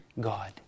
God